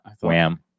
Wham